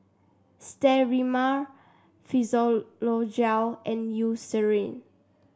Sterimar Physiogel and Eucerin